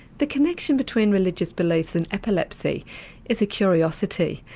the connection between religious beliefs and epilepsy is a curiosity,